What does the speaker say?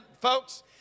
folks